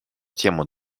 тему